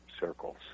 circles